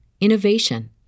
innovation